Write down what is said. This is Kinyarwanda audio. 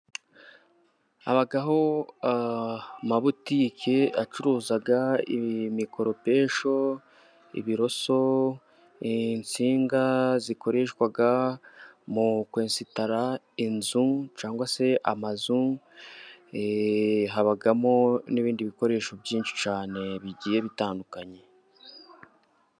Habaho amabutike acuruza imikoropesho, ibiroso, insinga zikoreshwa mu kwesitara inzu cyangwa se amazu, habamo n'ibindi bikoresho byinshi cyane bigiye bitandukanye.